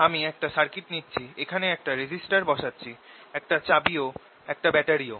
আমি একটা সার্কিট নিচ্ছি এখানে একটা রেজিস্টর বসাচ্ছি একটা চাবিও একটা ব্যাটারিও